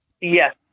Yes